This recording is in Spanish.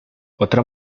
otra